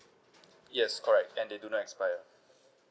yes correct and they do not expire